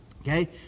Okay